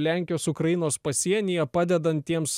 lenkijos ukrainos pasienyje padedant tiems